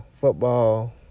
Football